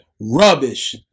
rubbish